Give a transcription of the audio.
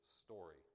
story